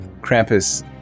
Krampus